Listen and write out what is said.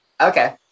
Okay